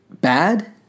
bad